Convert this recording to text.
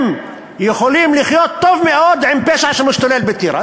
הם יכולים לחיות טוב מאוד עם פשע שמשתולל בטירה,